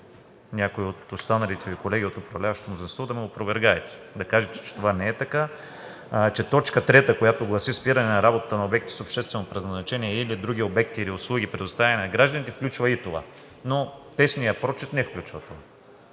някой от останалите Ви колеги от управляващото мнозинство да ме опровергаете. Да кажете, че това не е така, че точка трета, която гласи спиране на работата на обекти с обществено предназначение или други обекти, или услуги, предоставени на гражданите, включва и това, но тесният прочит не включва това.